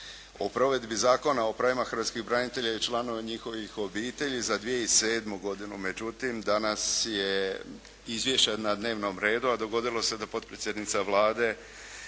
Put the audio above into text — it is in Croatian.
o provedbi Zakona o pravima hrvatskih branitelja i članova njihovih obitelji za 2007. godinu, međutim danas je izvješće na dnevnom redu a dogodilo se da potpredsjednica Vlade